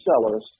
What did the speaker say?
Sellers